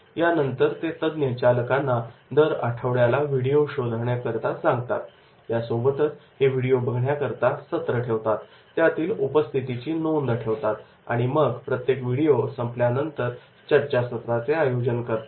यानंतर ते तज्ञ चालकांना दर आठवड्याला व्हिडिओ शोधण्यासाठी सांगतात यासोबतच हे व्हिडिओ बघण्याकरता सत्र ठेवतात त्यातील उपस्थितीची नोंद ठेवतात आणि मग प्रत्येक व्हिडीओ संपल्यानंतर चर्चासत्राचे आयोजन करतात